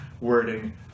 wording